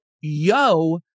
yo